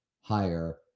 higher